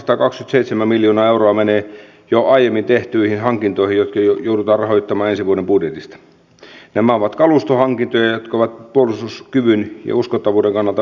tuen tässä kyllä edustaja töllin näkemyksiä siitä että varmasti monijäseniset työryhmät komiteat missä kaikki sidosryhmät ovat edustettuina tulisi ottaa uudelleen käyttöön